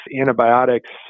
antibiotics